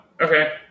okay